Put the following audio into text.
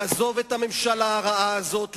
לעזוב את הממשלה הרעה הזאת,